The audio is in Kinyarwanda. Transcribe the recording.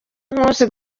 nkusi